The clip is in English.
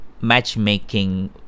matchmaking